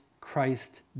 Christ